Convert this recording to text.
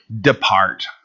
Depart